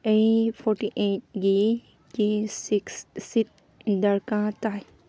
ꯑꯩ ꯐꯣꯔꯇꯤ ꯑꯩꯠꯒꯤ ꯀꯤ ꯁꯤꯛꯁ ꯁꯤꯠ ꯗꯔꯀꯥꯔ ꯇꯥꯏ